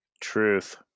Truth